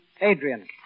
Adrian